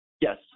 Yes